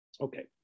Okay